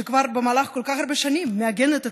שכבר במהלך כל כך הרבה שנים מעגנת את